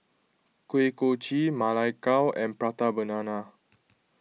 Kuih Kochi Ma Lai Gao and Prata Banana